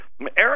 Eric